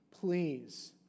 please